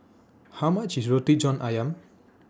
How much IS Roti John Ayam